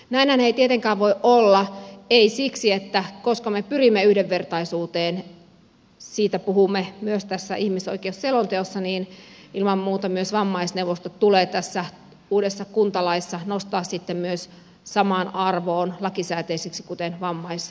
näinhän ei tietenkään voi olla siksi että koska me pyrimme yhdenvertaisuuteen siitä puhumme myös tässä ihmisoikeusselonteossa niin ilman muuta myös vammaisneuvostot tulee tässä uudessa kuntalaissa nostaa sitten myös samaan arvoon lakisääteisiksi kuten vanhusneuvostot